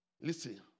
Listen